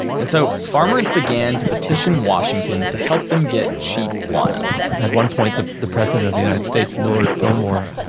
and so, farmers began to petition washington to help them get cheap guano at one point, the the president of the united states, millard fillmore,